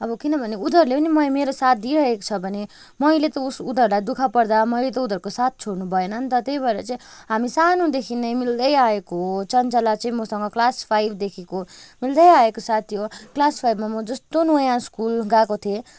अब किनभने उनीहरूले पनि मैले मेरो साथ दिइरहेको छ भने मैले त उस उनीहरूलाई दुःख पर्दा मैले त उनीहरूको साथ छोड्नुभएन नि त त्यही भएर चाहिँ हामी सानोदेखि नै मिल्दै आएको हो चञ्चला चाहिँ मसँग क्लास फाइभदेखिको मिल्दै आएको साथी हो क्लास फाइभमा म जस्तो नयाँ स्कुल गएको थिएँ